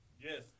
Yes